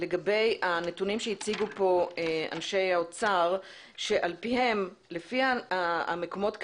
לגבי הנתונים שהציגו פה אנשי האוצר שלפי מקומות הכליאה,